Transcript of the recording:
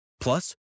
Plus